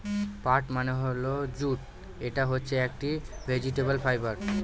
পাট মানে হল জুট এটা হচ্ছে একটি ভেজিটেবল ফাইবার